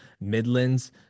Midlands